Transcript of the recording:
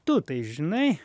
tu tai žinai